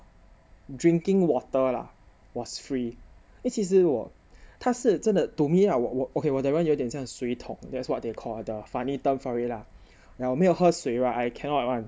drinking water lah was free 因为其实我他是真的 to me lah 我 okay 我的人有点像水桶 that's what they call the funny term for it lah 我没有喝水 right I cannot [one]